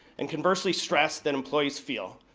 and conversely, stress, that employees feel.